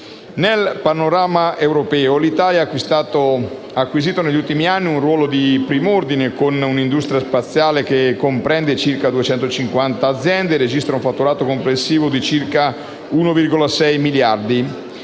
Nel panorama europeo, l'Italia ha acquisito, negli ultimi anni, un ruolo di prim'ordine con un'industria spaziale che comprende circa 250 aziende e registra un fatturato complessivo di circa 1,6 miliardi.